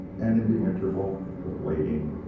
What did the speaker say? and in the interval of waiting,